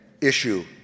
issue